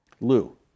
Lou